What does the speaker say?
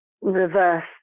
reverse